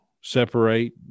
separate